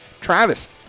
Travis